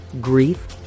grief